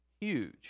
huge